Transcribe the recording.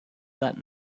that